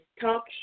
talk